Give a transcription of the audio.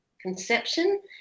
conception